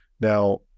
Now